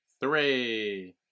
Three